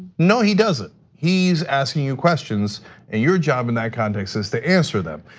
no he doesn't. he's asking you questions, and your job in that context is to answer them.